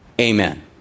Amen